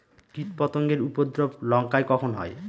কীটপতেঙ্গর উপদ্রব লঙ্কায় কখন হয়?